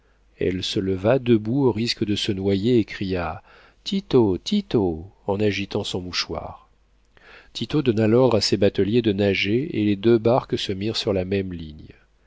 elle se leva debout au risque de se noyer et cria tito tito en agitant son mouchoir tito donna l'ordre à ses bateliers de nager et les deux barques se mirent sur la même ligne